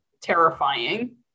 terrifying